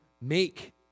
make